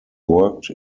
worked